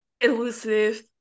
elusive